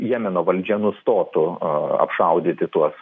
jemeno valdžia nustotų apšaudyti tuos